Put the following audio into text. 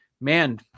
Man